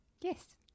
Yes